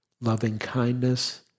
loving-kindness